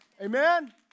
Amen